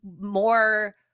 more